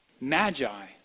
Magi